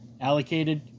allocated